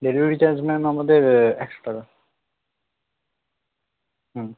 delivery charge ma'am আমাদের একশো টাকা হুম